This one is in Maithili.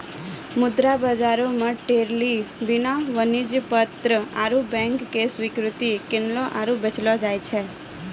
मुद्रा बजारो मे ट्रेजरी बिल, वाणिज्यक पत्र आरु बैंको के स्वीकृति किनलो आरु बेचलो जाय छै